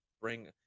bring